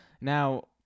Now